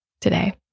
today